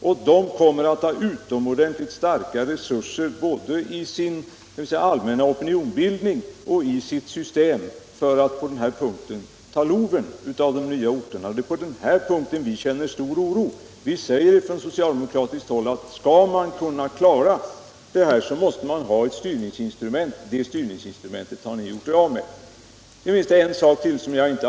Dessa kommer att ha utomordentligt starka resurser, både när det gäller den allmänna opinionsbildningen och genom sitt system, för att ta loven av de nya orterna. Det är för detta vi känner stor oro. Från socialdemokratiskt håll säger vi att om man skall kunna klara detta, så måste man ha ett styrningsinstrument för att fördela resurserna rättvist. Det styrningsinstrumentet har ni gjort er av med.